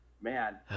Man